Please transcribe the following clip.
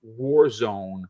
Warzone